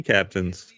Captains